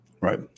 Right